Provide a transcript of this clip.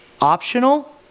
optional